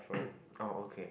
orh okay